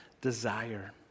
desire